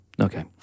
Okay